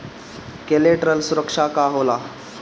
Collateral सुरक्षा का होला?